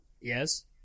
Yes